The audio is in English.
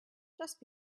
just